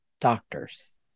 doctors